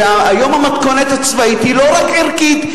שהיום המתכונת הצבאית היא לא ערכית,